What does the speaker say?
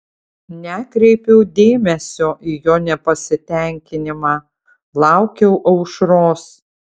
nekreipiau dėmesio į jo nepasitenkinimą laukiau aušros